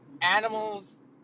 animals